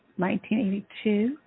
1982